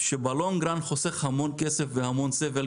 שבטווח הארוך חוסך המון כסף והמון סבל,